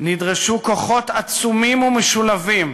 נדרשו כוחות עצומים ומשולבים,